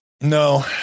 No